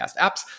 apps